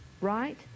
right